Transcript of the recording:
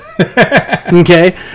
Okay